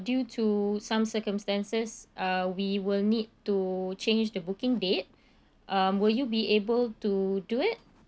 due to some circumstances uh we will need to change the booking date um will you be able to do it